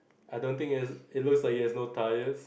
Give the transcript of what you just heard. I don't think is it looks like you have no tyres